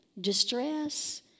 distress